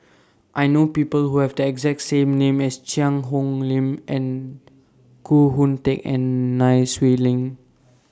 I know People Who Have The exacting name as Cheang Hong Lim and Koh Hoon Teck and Nai Swee Leng